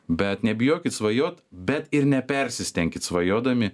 bet nebijokit svajot bet ir nepersistenkit svajodami